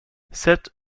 sept